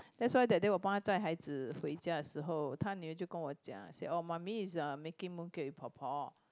that's why that day 我帮她载孩子回家的时候她女儿就跟我讲 say oh mummy is making mooncake with por por